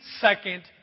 second